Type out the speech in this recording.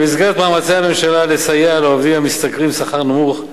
במסגרת מאמצי הממשלה לסייע לעובדים המשתכרים שכר נמוך,